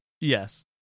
Yes